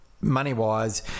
money-wise